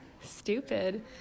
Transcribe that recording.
stupid